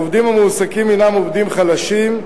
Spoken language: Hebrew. העובדים המועסקים הם עובדים חלשים,